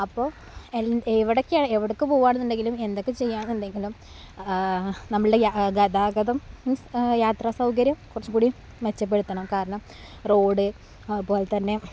അപ്പോൾ എൻ എവിടെയൊക്കെയാണ് എവിടേക്കു പോകാനുണ്ടെങ്കിലും എന്തൊക്കെ ചെയ്യാമെന്നുണ്ടെങ്കിലും നമ്മളുടെ ഗതാഗതം മീൻസ് യാത്രാ സൗകര്യം കുറച്ചും കൂടിയും മെച്ചപ്പെടുത്തണം കാരണം റോഡ് അതുപോലെതന്നെ